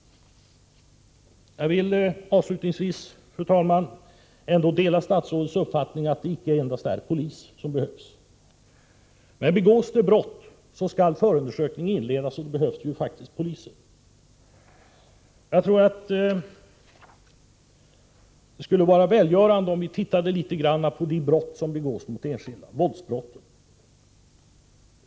Fru talman! Jag delar statsrådets uppfattning att det icke endast är poliser som behövs, men om brott begås och om förundersökning skall inledas behövs faktiskt poliser. Jag tror att det skulle vara välgörande om vi granskade de våldsbrott som begås.